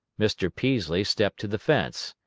mr. peaslee stepped to the fence.